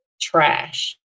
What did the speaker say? trash